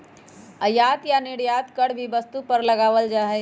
आयात या निर्यात कर भी वस्तु पर लगावल जा हई